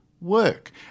work